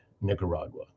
Nicaragua